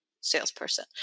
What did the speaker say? salesperson